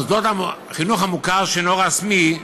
בחינוך המוכר שאינו רשמי,